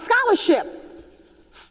scholarship